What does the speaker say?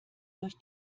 durch